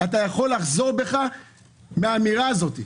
אתה יכול לחזור בך מהאמירה הזאת.